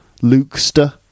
Lukester